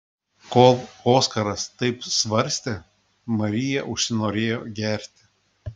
kol oskaras taip svarstė marija užsinorėjo gerti